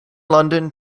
london